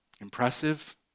Impressive